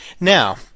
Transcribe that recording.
Now